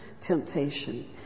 temptation